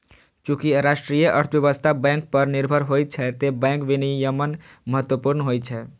चूंकि राष्ट्रीय अर्थव्यवस्था बैंक पर निर्भर होइ छै, तें बैंक विनियमन महत्वपूर्ण होइ छै